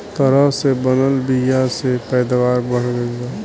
तरह से बनल बीया से पैदावार बढ़ गईल बा